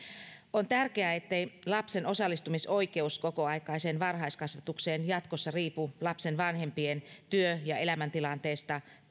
on tärkeää ettei lapsen osallistumisoikeus kokoaikaiseen varhaiskasvatukseen jatkossa riipu lapsen vanhempien työ ja elämäntilanteesta